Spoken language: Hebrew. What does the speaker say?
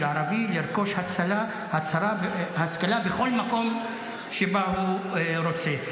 הערבי לרכוש השכלה בכל מקום שבו הוא רוצה.